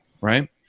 right